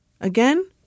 Again